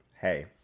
hey